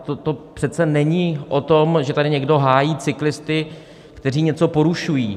To přece není o tom, že tady někdo hájí cyklisty, kteří něco porušují.